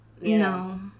No